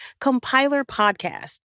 CompilerPodcast